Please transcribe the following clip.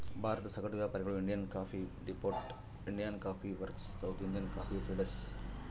ಭಾರತದ ಸಗಟು ವ್ಯಾಪಾರಿಗಳು Indian coffee depot, Indian coffee works, South Indian coffee traders